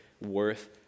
worth